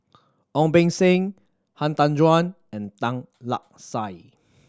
Ong Beng Seng Han Tan Juan and Tan Lark Sye